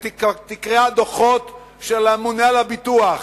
ותקרא דוחות של הממונה על הביטוח,